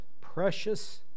precious